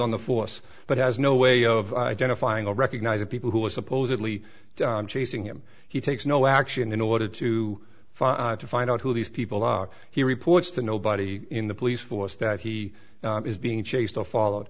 on the force but has no way of identifying or recognize the people who are supposedly chasing him he takes no action in order to fight to find out who these people are he reports to nobody in the police force that he is being chased out followed